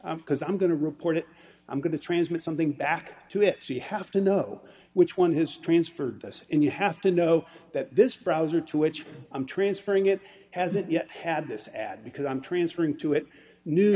because i'm going to report it i'm going to transmit something back to it she have to know which one has transferred this and you have to know that this browser to which i'm transferring it hasn't yet had this ad because i'm transferring to it new